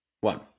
one